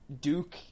Duke